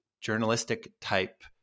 journalistic-type